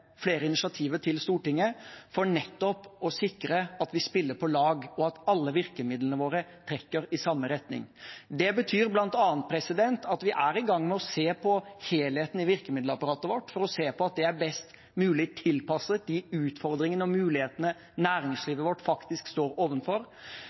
flere initiativer til Stortinget for nettopp å sikre at vi spiller på lag, og at alle virkemidlene våre trekker i samme retning. Det betyr bl.a. at vi er i gang med å se på helheten i virkemiddelapparatet vårt for å se om det er best mulig tilpasset de utfordringene og mulighetene